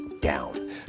down